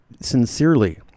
sincerely